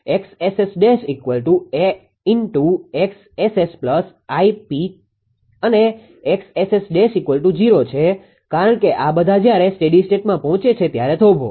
𝑋𝑆̇𝑆 𝐴𝑋𝑆𝑆 Γ𝑝 અને 𝑋𝑆𝑆̇0 છે કારણ કે આ બધા જ્યારે સ્ટેડી સ્ટેટમાં પહોંચે છે ત્યારે થોભો